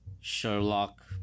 Sherlock